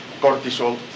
cortisol